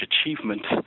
achievement